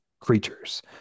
creatures